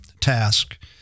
task